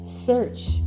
Search